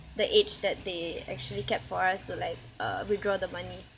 the age that they actually kept for us to like uh withdraw the money